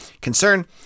concern